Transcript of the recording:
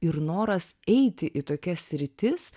ir noras eiti į tokias sritis